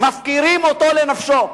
מפקירים אותו לנפשו.